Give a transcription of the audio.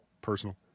personal